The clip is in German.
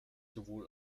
sowohl